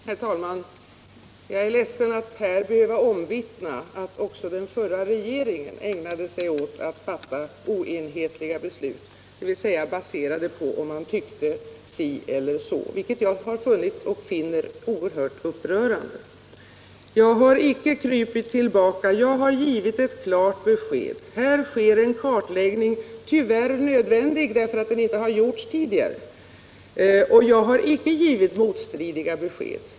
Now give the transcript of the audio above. Herr talman! Jag är ledsen att här behöva omvittna att också den förra regeringen ägnade sig åt att fatta oenhetliga beslut, baserade på om den tyckte si eller så, vilket jag har funnit och finner upprörande. Jag har icke krupit tillbaka. Jag har givit ett klart besked. Här sker en kartläggning, tyvärr nödvändig, eftersom den inte gjorts tidigare. Jag har icke givit motstridiga besked.